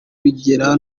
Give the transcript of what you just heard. bigera